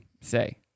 say